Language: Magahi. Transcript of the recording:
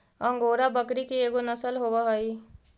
अंगोरा बकरी के एगो नसल होवऽ हई